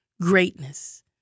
greatness